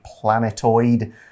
planetoid